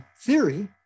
theory